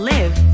Live